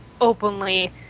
openly